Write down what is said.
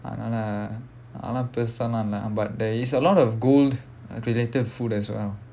அதனால அதனால பெருசாலம் ஏதுமில்ல:adhanaala adhanaala perusalaam edhumilla but there is a lot of gold uh related food as well